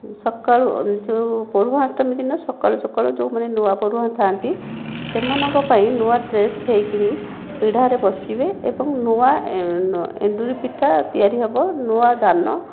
ସକାଳୁ ଯେଉଁ ପୋଢ଼ୁଆଁ ଅଷ୍ଟମୀ ଦିନ ସକାଳୁ ସକାଳୁ ଯେଉଁମାନେ ନୂଆ ପୋଢ଼ୁଆଁ ଥାଆନ୍ତି ସେମାନଙ୍କ ପାଇଁ ନୂଆ ଡ୍ରେସ୍ ହୋଇକରି ପିଢ଼ାରେ ବସିବେ ଏବଂ ନୂଆ ଏଣ୍ଡୁରି ପିଠା ତିଆରି ହେବ ନୂଆ ଧାନ